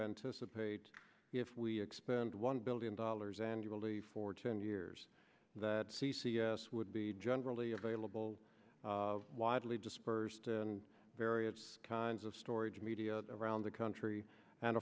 anticipate if we expend one billion dollars annually for ten years that c c s would be generally available widely dispersed and various kinds of storage media around the country and